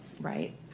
Right